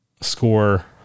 score